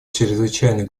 чрезвычайной